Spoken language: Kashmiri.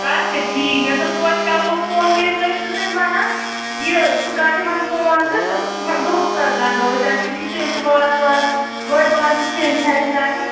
اچھا ٹھیٖک مےٚ دوٚپ توتہِ کَرو فون مےٚ ٲسۍ لٔڑکہٕ سٕنٛدۍ وَنان یہِ ژٕ کَرٕ تِمَن فون تہٕ تِمَن دۄہ کَر گَنٛڈو أسۍ اَسہِ نِشٲنۍ چھِ وارٕ کار بٔڑۍ بارٕ نِشٲنۍ چھِ اَسہِ کَرٕنۍ